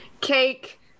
cake